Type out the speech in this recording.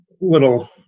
little